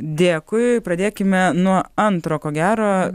dėkui pradėkime nuo antro ko gero